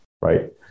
right